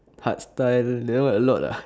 heart style that one a lot ah